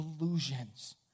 illusions